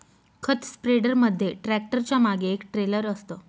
खत स्प्रेडर मध्ये ट्रॅक्टरच्या मागे एक ट्रेलर असतं